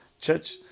church